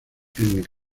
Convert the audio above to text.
con